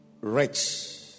rich